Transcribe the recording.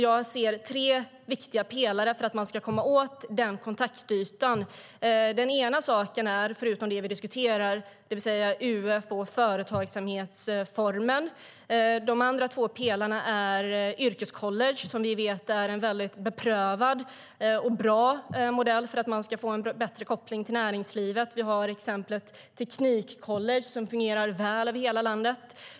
Jag ser tre viktiga pelare för att komma åt den kontaktytan. Förutom det vi diskuterar, det vill säga UF och företagsamhetsformen, är en av de två andra pelarna yrkescollege. Vi vet att det är en beprövad och bra modell för att få en bättre koppling till näringslivet; vi har exemplet Teknikcollege, som fungerar väl över hela landet.